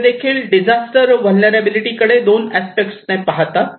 ते देखील disaster vulnerability कडे दोन अस्पेक्ट ने पाहतात